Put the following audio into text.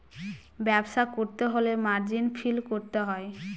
ব্যবসা করতে হলে মার্জিন ফিল করতে হয়